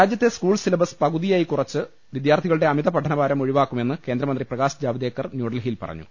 രാജ്യത്തെ school syllabus പകുതിയായി കുറച്ച് വിദ്യാർത്ഥികളുടെ അമിത പഠനഭാരം ഒഴിവാക്കുമെന്ന് കേന്ദ്രമന്ത്രി പ്രകാശ് ജാവ്ദേക്കർ ന്യൂഡൽഹിയിൽ പറഞ്ഞു